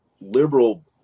liberal